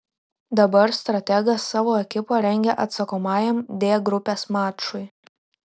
dabar strategas savo ekipą rengia atsakomajam d grupės mačui